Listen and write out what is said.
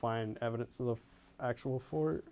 find evidence of the actual fo